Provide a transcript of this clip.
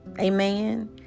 Amen